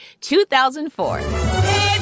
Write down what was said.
2004